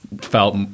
felt